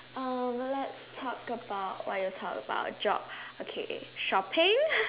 uh let's talk about why you talk about jog okay shopping